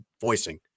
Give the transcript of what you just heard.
voicing